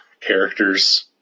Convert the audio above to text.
characters